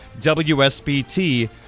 WSBT